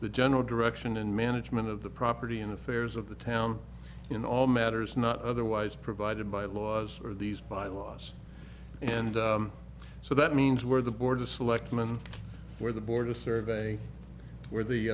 the general direction and management of the property and affairs of the town in all matters not otherwise provided by laws or these bylaws and so that means where the board of selectmen where the board of survey where the